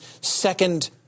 second